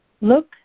Look